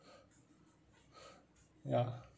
ya